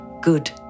good